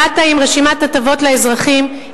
באת עם רשימת הטבות לאזרחים,